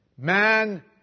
Man